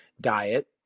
diet